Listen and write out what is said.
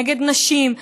נגד נשים,